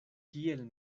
kiel